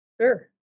sure